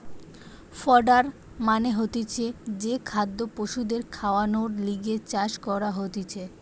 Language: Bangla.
ফডার মানে হতিছে যে খাদ্য পশুদের খাওয়ানর লিগে চাষ করা হতিছে